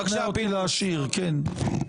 בזמן שיש לנו פה אני הייתי שמח לשמוע מור"ק מזאב אלקין,